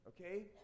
okay